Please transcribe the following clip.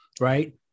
right